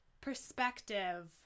perspective